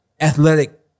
athletic